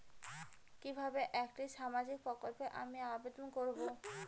কিভাবে একটি সামাজিক প্রকল্পে আমি আবেদন করব?